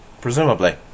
presumably